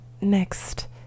next